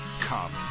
Come